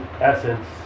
essence